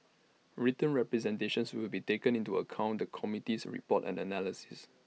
written representations will be taken into account the committee's report and analysis